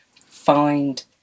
find